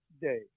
day